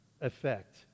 effect